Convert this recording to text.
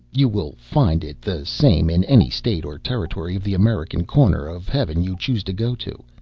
you will find it the same in any state or territory of the american corner of heaven you choose to go to.